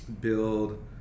build